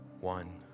one